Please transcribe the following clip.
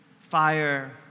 fire